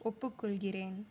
ஒப்புக்கொள்கிறேன்